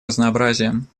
разнообразием